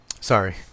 Sorry